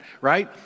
right